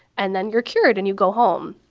and then you're cured and you go home.